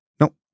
Nope